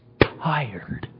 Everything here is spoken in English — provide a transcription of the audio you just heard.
tired